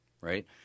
Right